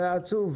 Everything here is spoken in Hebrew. זה עצוב.